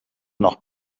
noch